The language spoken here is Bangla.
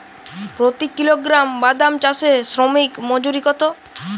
প্রতি কিলোগ্রাম বাদাম চাষে শ্রমিক মজুরি কত?